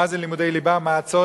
נדבר מה זה לימודי ליבה, מה הצורך.